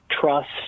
trust